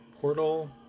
Portal